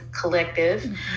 collective